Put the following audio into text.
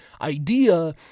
idea